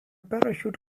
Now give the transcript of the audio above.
parachute